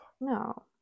No